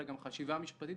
אלא גם חשיבה משפטית,